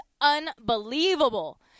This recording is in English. unbelievable